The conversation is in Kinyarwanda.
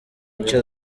icyo